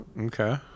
Okay